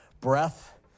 breath